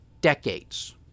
decades